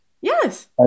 Yes